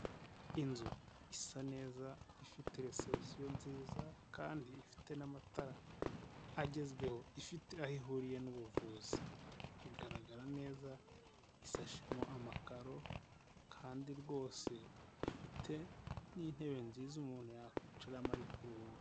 Inzu isa neza, ifite resebusiyo nziza kandi ifite n'amatara agezweho, ifite aho ihuriye n'ubuvuzi, igaragara neza, isashemo amakaro kandi rwose ifite n'intebe nziza umuntu yakwicaramo ari kuruhuka.